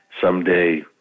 someday